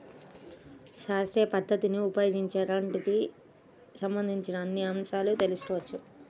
శాస్త్రీయ పద్ధతిని ఉపయోగించి అకౌంటింగ్ కి సంబంధించిన అన్ని అంశాలను తెల్సుకోవచ్చు